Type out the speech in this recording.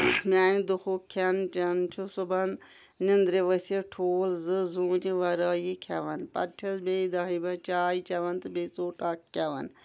میٛانہِ دُہُک کھٮ۪ن چٮ۪ن چھُ صُبحَن نیٚندرِ ؤتھِتھ ٹھوٗل زٕ زوٗنہِ وَرٲے کھٮ۪وان پَتہٕ چھٮ۪س بیٚیہِ دَہِہ بَجہِ چاے چٮ۪وان تہٕ بیٚیہِ ژوٚٹ اَکھ کھٮ۪وان